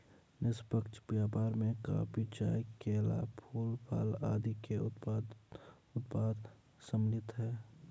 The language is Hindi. निष्पक्ष व्यापार में कॉफी, चाय, केला, फूल, फल आदि के उत्पाद सम्मिलित हैं